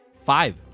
Five